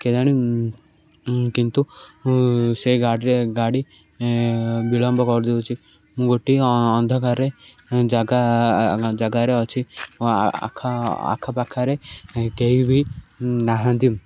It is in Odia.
କେଜାଣି କିନ୍ତୁ ସେ ଗାଡ଼ିରେ ଗାଡ଼ି ବିଳମ୍ବ କରିଦଉଛି ଗୋଟିଏ ଅନ୍ଧକାରରେ ଜାଗା ଜାଗାରେ ଅଛି ଆଖ ଆଖପାଖରେ କେହି ବିି ନାହାନ୍ତି